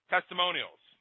Testimonials